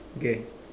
okay